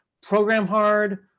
program hard,